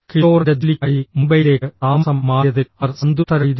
കിഷോറിന്റെ ജോലിക്കായി മുംബൈയിലേക്ക് താമസം മാറിയതിൽ അവർ സന്തുഷ്ടരായിരുന്നു